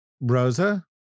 Rosa